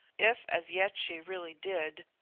if as yet she really did,